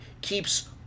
keeps